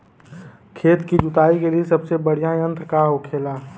खेत की जुताई के लिए सबसे बढ़ियां यंत्र का होखेला?